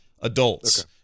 adults